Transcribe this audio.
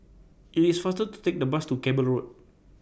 IT IS faster to Take The Bus to Cable Road